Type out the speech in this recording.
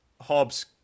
Hobbs